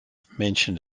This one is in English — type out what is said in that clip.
mentioned